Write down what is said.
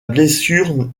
blessure